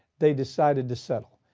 they decided to settle.